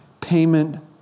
payment